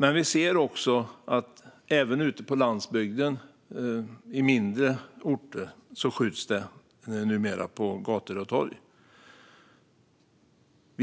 Men vi ser också att det numera skjuts på gator och torg även ute på landsbygden och på mindre orter. Sverige